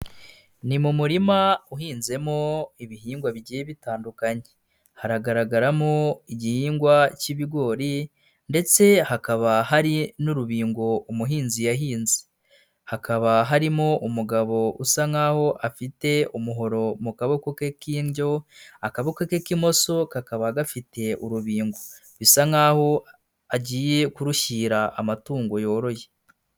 Ni mu murima uhinzemo ibihingwa bigiye bitandukanye, hagaragaramo igihingwa k'ibigori ndetse hakaba hari n'urubingo umuhinzi yahinze, hakaba harimo umugabo usa nkaho afite umuhoro mu kaboko ke k'indyo, akaboko ke k'imoso kakaba gafite urubingo bisa nkaho agiye kurushyira amatungo yoroye.